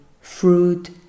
fruit